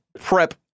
prep